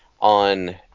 on